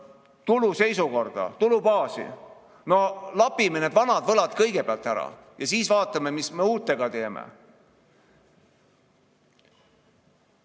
seisukorda, tulubaasi. No lapime need vanad võlad kõigepealt ära ja siis vaatame, mis me uutega teeme!